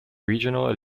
regional